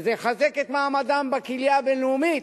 שזה יחזק את מעמדם בקהילה הבין-לאומית,